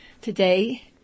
Today